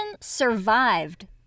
survived